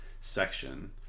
section